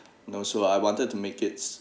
no so I wanted to make it's